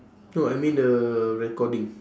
no I mean the recording